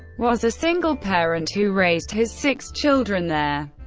was a single parent who raised his six children there.